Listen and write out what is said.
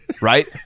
right